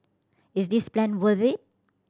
is this plan worth it